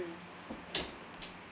mm